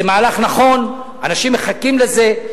זה מהלך נכון, אנשים מחכים לזה.